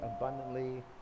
abundantly